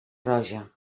roja